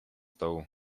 dołu